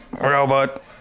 Robot